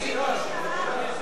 (הזכות למענק סיום יחסי עובד ומעביד),